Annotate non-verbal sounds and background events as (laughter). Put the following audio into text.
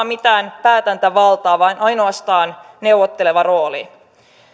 (unintelligible) mitään päätäntävaltaa vaan ainoastaan neuvotteleva rooli